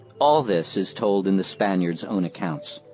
all this is told in the spaniards' own accounts.